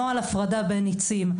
נוהל הפרדה בין ניצים.